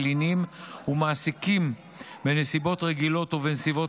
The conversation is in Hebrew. מלינים ומעסיקים בנסיבות רגילות ובנסיבות